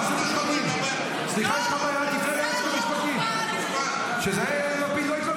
עשר דקות אתה נותן